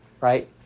right